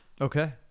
Okay